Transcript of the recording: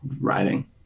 writing